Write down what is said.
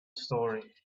story